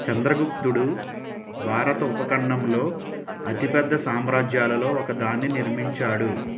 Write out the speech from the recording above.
చంద్రగుప్తుడు భారత ఉపఖండంలో అతిపెద్ద సామ్రాజ్యాలలో ఒకదాన్ని నిర్మించాడు